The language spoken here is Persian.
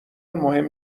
مهم